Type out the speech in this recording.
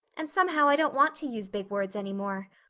and somehow i don't want to use big words any more.